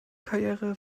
karriere